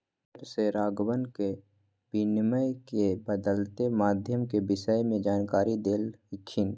sir ने राघवन के विनिमय के बदलते माध्यम के विषय में जानकारी देल खिन